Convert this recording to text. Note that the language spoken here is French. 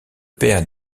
père